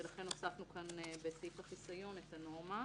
ולכן הוספנו כאן בסעיף החיסיון את הנורמה.